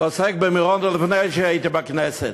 עוסק במירון, עוד לפני שהייתי בכנסת.